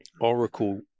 Oracle